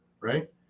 right